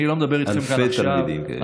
אלפי תלמידים כאלה.